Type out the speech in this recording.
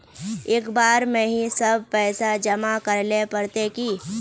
एक बार में ही सब पैसा जमा करले पड़ते की?